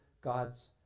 God's